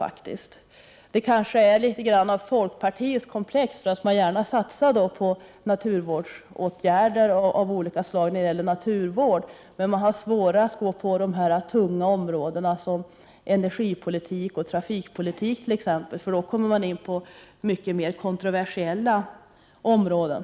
Det är kanske litet grand av folkpartiets komplex att man gärna satsar på naturvårdsåtgärder av olika slag, men man har svårare att gå på de tunga områdena som t.ex. energipolitik och trafikpolitik. Då kommer man in på mera kontroversiella områden.